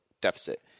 deficit